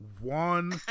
one